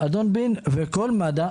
אדון בין וכל מד"א,